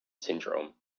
syndrome